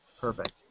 Perfect